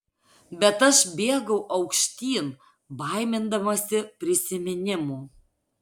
bet aš bėgau aukštyn baimindamasi prisiminimų